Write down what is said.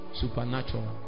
Supernatural